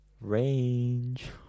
Range